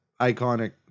iconic